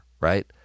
right